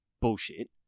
bullshit